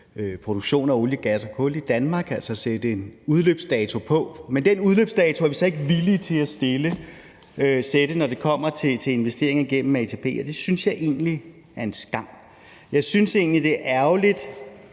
produktion af olie, gas og kul i Danmark, altså sætte en udløbsdato på. Men den udløbsdato er vi så ikke villige til at sætte, når det kommer til investeringer gennem ATP, og det synes jeg egentlig er en skam. Jeg synes egentlig, det er ærgerligt,